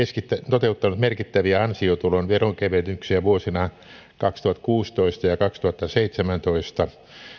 toteuttanut merkittäviä ansiotulon veronkevennyksiä vuosina kaksituhattakuusitoista ja kaksituhattaseitsemäntoista